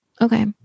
Okay